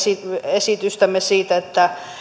esityksemme siitä että